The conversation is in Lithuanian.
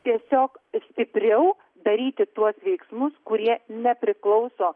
tiesiog stipriau daryti tuos veiksmus kurie nepriklauso